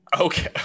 okay